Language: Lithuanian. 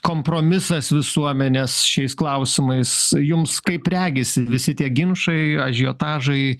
kompromisas visuomenės šiais klausimais jums kaip regisi visi tie ginčai ažiotažai